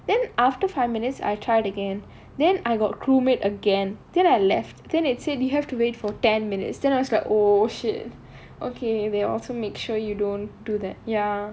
then after five minutes I tried again then I got crew mate again then I left then it said you have to wait for ten minutes then I was like oh shit okay they also make sure you don't do that ya